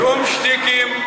שום שטיקים.